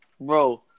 bro